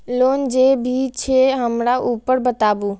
Loan जे भी छे हमरा ऊपर बताबू?